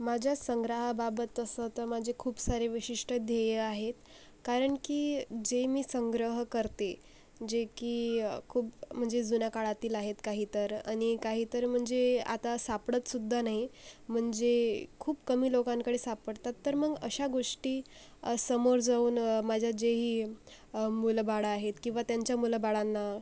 माझ्या संग्रहाबाबत तसं तर माझे खूप सारे विशिष्ट ध्येय आहेत कारण की जे मी संग्रह करते जे की खूप म्हणजे जुन्या काळातील आहेत काही तर आणि काही तर म्हणजे आता सापडतसुद्धा नाही म्हणजे खूप कमी लोकांकडे सापडतात तर मग अशा गोष्टी समोर जाऊन माझ्या जे ही मुलंबाळं आहेत किंवा त्यांच्या मुलाबाळांना